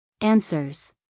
Answers